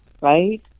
right